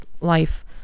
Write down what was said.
life